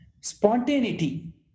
Spontaneity